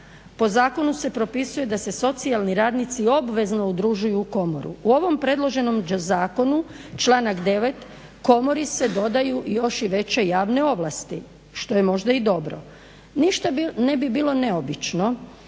po zakonu se propisuje da se socijalni radnici obvezno udružuju u komoru. U ovom predloženom zakonu članak 9. komori se dodaju još i veće javne ovlasti, što je možda i dobro. Ništa ne bi bilo neobično